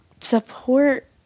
support